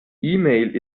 mail